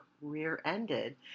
rear-ended